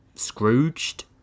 Scrooged